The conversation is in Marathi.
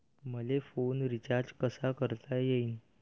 मले फोन रिचार्ज कसा करता येईन?